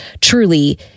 truly